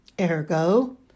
Ergo